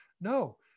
no